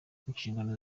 inshingano